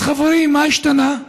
אז חברים, מה השתנה?